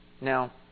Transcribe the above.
Now